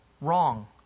wrong